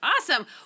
Awesome